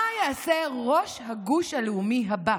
מה יעשה ראש הגוש הלאומי הבא